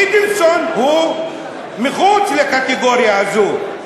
אדלסון הוא מחוץ לקטגוריה הזאת,